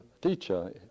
teacher